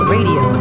Radio